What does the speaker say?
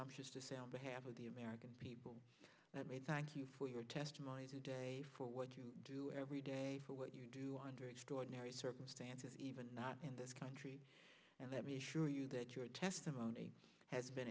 presumptuous to say on behalf of the american people that made thank you for your testimony today for what you do every day for what you do under extraordinary circumstances even not in this country and let me assure you that your testimony has been